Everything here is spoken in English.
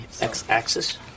x-axis